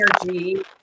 Energy